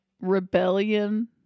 rebellion